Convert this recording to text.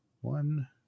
one